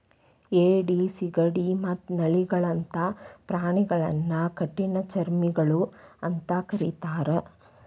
ಏಡಿ, ಸಿಗಡಿ ಮತ್ತ ನಳ್ಳಿಗಳಂತ ಪ್ರಾಣಿಗಳನ್ನ ಕಠಿಣಚರ್ಮಿಗಳು ಅಂತ ಕರೇತಾರ